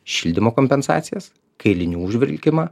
šildymo kompensacijas kailinių užvilkimą